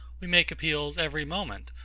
we make appeals, every moment,